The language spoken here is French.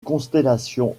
constellation